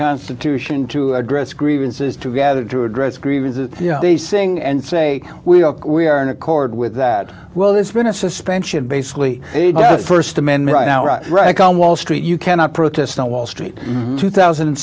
constitution to address grievances to gather to address grievances they sing and say we are we are in accord with that well there's been a suspension basically the st amendment right on wall street you cannot protest on wall street tw